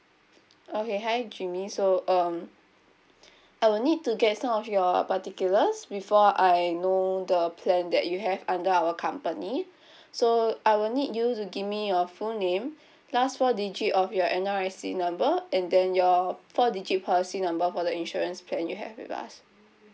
okay hi jimmy so um I will need to get some of your particulars before I know the plan that you have under our company so I will need you to give me your full name last four digit of your N_R_I_C number and then your four digit policy number for the insurance plan you have with us